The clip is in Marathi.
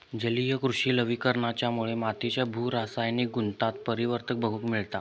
जलीय कृषि लवणीकरणाच्यामुळे मातीच्या भू रासायनिक गुणांत परिवर्तन बघूक मिळता